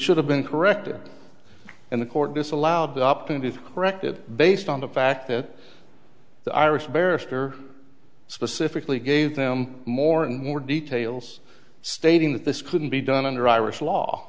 should have been corrected and the court disallowed that up and it corrected based on the fact that the irish barrister specifically gave them more and more details stating that this couldn't be done under irish law